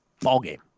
ballgame